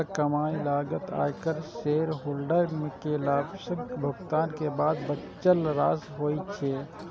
बचल कमाइ लागत, आयकर, शेयरहोल्डर कें लाभांशक भुगतान के बाद बचल राशि होइ छै